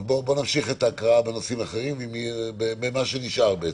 נמשיך את ההקראה בנושאים האחרים, מה שנשאר בעצם.